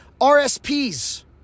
RSPs